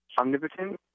omnipotent